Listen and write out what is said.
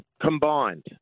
Combined